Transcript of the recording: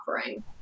offering